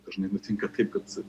dažnai nutinka taip kad